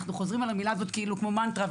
אנחנו חוזרים על המילה הזאת כאילו כמו מנטרה,